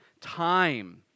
time